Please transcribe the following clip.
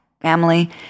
family